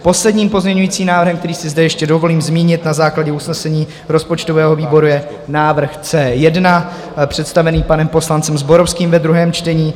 Posledním pozměňovacím návrhem, který si zde ještě dovolím zmínit na základě usnesení rozpočtového výboru, je návrh C1 představený panem poslancem Zborovským ve druhém čtení.